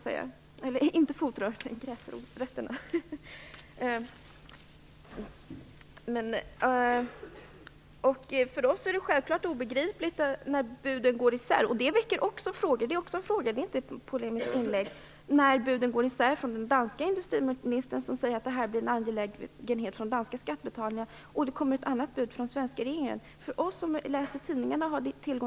För oss gräsrötter blir det självfallet obegripligt när buden går isär. Det väcker också frågor och är inte fråga om polemik. Den danska industriministern säger nämligen att detta blir en angelägenhet för de danska skattebetalarna. Samtidigt ger den svenska regeringen ger ett annat besked.